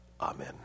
Amen